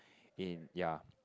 in ya